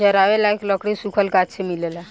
जरावे लायक लकड़ी सुखल गाछ से मिलेला